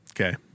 Okay